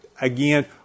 Again